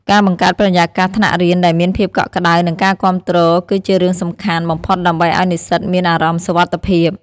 ការបង្កើតបរិយាកាសថ្នាក់រៀនដែលមានភាពកក់ក្តៅនិងការគាំទ្រគឺជារឿងសំខាន់បំផុតដើម្បីឱ្យនិស្សិតមានអារម្មណ៍សុវត្ថិភាព។